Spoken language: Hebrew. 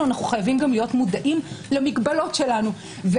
אנו חייבים להיות מודעים למגבלות שלנו.